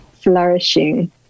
flourishing